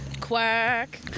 Quack